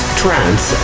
trance